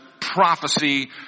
Prophecy